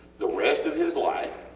the rest of his life,